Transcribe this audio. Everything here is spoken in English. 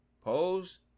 Pose